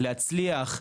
להצליח,